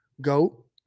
goat